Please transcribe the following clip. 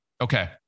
Okay